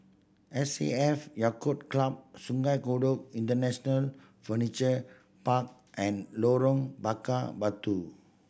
S A F Yacht Club Sungei Kadut International Furniture Park and Lorong Bakar Batu